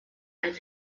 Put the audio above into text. als